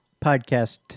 podcast